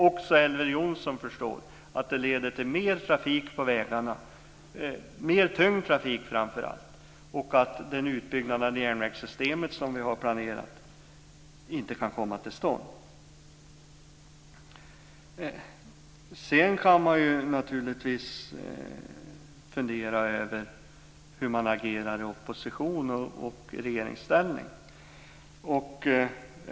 Också Elver Jonsson förstår att detta leder till mer trafik, framför allt mer tung trafik, på vägarna, och till att den utbyggnad av järnvägssystemet som vi har planerat inte kan komma till stånd. Man kan naturligtvis fundera över hur det ageras i opposition och i regeringsställning.